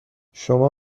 شما